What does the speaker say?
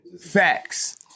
Facts